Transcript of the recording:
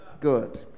Good